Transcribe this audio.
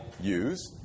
use